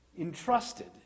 entrusted